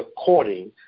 according